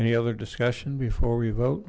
any other discussion before we vote